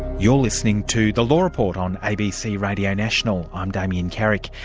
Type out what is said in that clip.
you're listening to the law report on abc radio national. i'm damien carrick.